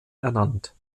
ernannt